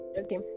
okay